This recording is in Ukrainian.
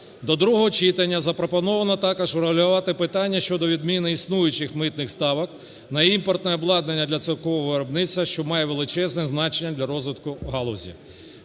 До другого читання запропоновано також врегулювати питання щодо відміни існуючих митних ставок на імпортне обладнання для цукрового виробництва, що має величезне значення для розвитку галузі.